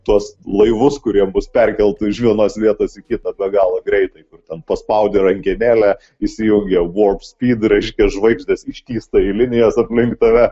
tuos laivus kurie mus perkelta iš vienos vietos į kitą be galo greitai kur ten paspaudi rankenėlę įsijungia vors spyd reiškia žvaigždės ištįsta į linijas aplink tave